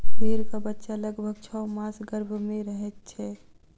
भेंड़क बच्चा लगभग छौ मास गर्भ मे रहैत छै